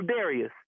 Darius